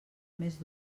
més